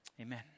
amen